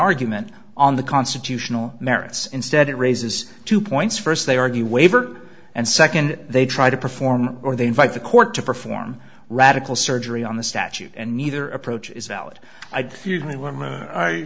argument on the constitutional merits instead it raises two points first they argue waiver and second they try to perform or they invite the court to perform radical surgery on the statute and neither approach is valid i